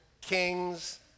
kings